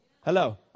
Hello